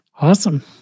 awesome